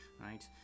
right